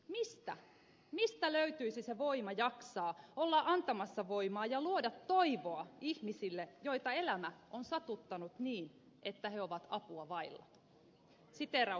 mistä mistä löytyisi se voima jaksaa olla antamassa voimaa ja luoda toivoa ihmisille joita elämä on satuttanut niin että he ovat apua vailla